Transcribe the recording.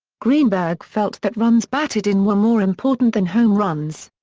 greenberg felt that runs batted in were more important than home runs.